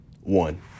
One